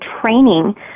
training